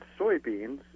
soybeans